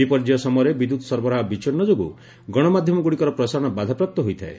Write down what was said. ବିପର୍ଯ୍ୟୟ ସମୟରେ ବିଦ୍ୟୁତ୍ ସରବରାହ ବିଛିନ୍ନ ଯୋଗୁଁ ଗଣମାଧ୍ଧମଗୁଡ଼ିକର ପ୍ରସାରଣ ବାଧାପ୍ରାପ୍ତ ହୋଇଥାଏ